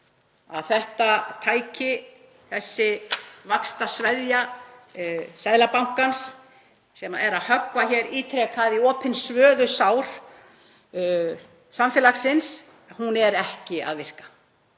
þetta tæki, þessi vaxtasveðja Seðlabankans sem er að höggva hér ítrekað í opin svöðusár samfélagsins, er ekki að virka.